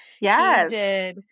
Yes